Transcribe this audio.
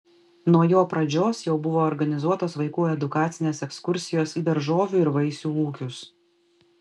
nuo jo pradžios jau buvo organizuotos vaikų edukacinės ekskursijos į daržovių ir vaisių ūkius